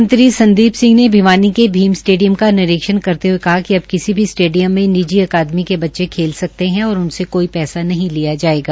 मंत्री संदीप सिंह ने भीम स्टेडियम के निरीक्षण करते हये कहा कि अब किसी भी स्टेडियम में निजि अकादमी के बच्चे खेल सकते हैं औरउनसे कोई पैसा नहीं लिया जाएगा